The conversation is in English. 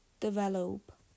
Develop